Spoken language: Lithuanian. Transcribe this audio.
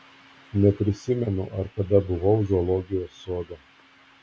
neprisimenu ar kada buvau zoologijos sode